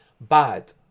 bad